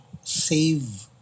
save